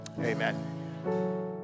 Amen